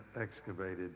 excavated